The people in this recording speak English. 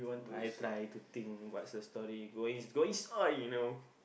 I try to think what's the story going going it's going on you know